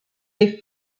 des